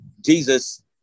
Jesus